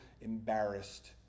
embarrassed